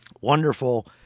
Wonderful